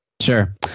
Sure